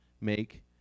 make